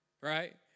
Right